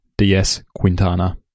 dsquintana